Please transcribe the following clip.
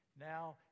now